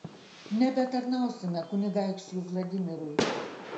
nebetarnausime kunigaikščiui vladimirui